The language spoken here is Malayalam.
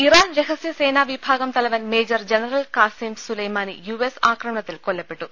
ഇറാൻ രഹസ്യസേനാ വിഭാഗം തലവൻ Major General Qasem Soleimani US എസ് ആക്രമണത്തിൽ കൊല്ലപ്പെട്ടു